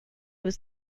was